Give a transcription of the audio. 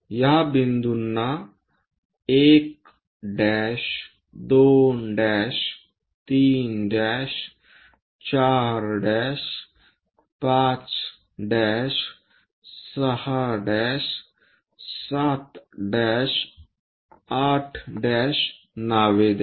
या बिंदूंची 1 2 3 4 5 6 7 8 नावे द्या